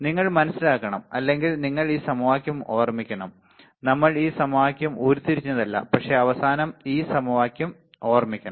നിങ്ങൾ മനസിലാക്കണം അല്ലെങ്കിൽ നിങ്ങൾ ഈ സമവാക്യം ഓർമിക്കണം നമ്മൾ ഈ സമവാക്യം ഉരുത്തിരിഞ്ഞതല്ല പക്ഷേ അവസാനം നിങ്ങൾ ഈ സമവാക്യം ഓർക്കണം